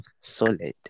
solid